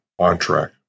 OnTrack